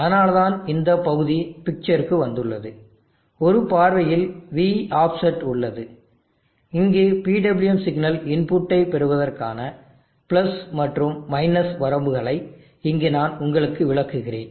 அதனால்தான் இந்த பகுதி பிக்சருக்கு வந்துள்ளது ஒரு பார்வையில்V ஆஃப்செட் உள்ளது இங்கு PWM சிக்னல் இன்புட்டை பெறுவதற்கான மற்றும் வரம்புகளை இங்கு நான் உங்களுக்கு விளக்குகிறேன்